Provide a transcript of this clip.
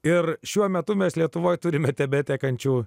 ir šiuo metu mes lietuvoje turime tebetekančio